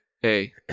hey